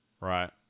Right